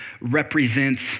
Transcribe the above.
represents